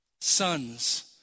Sons